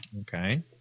okay